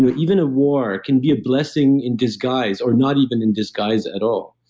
but even a war, can be a blessing in disguise, or not even in disguise at all